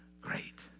great